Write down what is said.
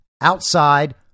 outside